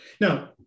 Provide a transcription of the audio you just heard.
Now